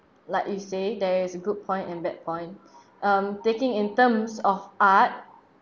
like you say there is a good point and bad point um taking in terms of art